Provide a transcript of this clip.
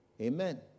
Amen